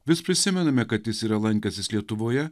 vis prisimename kad jis yra lankęsis lietuvoje